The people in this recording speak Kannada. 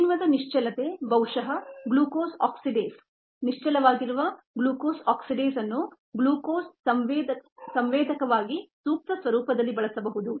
ಕಿಣ್ವದ ನಿಶ್ಚಲತೆ ಬಹುಶಃ ಗ್ಲೂಕೋಸ್ ಆಕ್ಸಿಡೇಸ್ ನಿಶ್ಚಲವಾಗಿರುವ ಗ್ಲೂಕೋಸ್ ಆಕ್ಸಿಡೇಸ್ ಅನ್ನು ಗ್ಲೂಕೋಸ್ ಸಂವೇದಕವಾಗಿ ಸೂಕ್ತ ಸ್ವರೂಪದಲ್ಲಿ ಬಳಸಬಹುದು